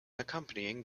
accompanying